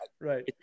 Right